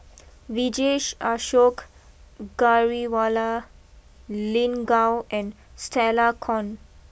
Vijesh Ashok Ghariwala Lin Gao and Stella Kon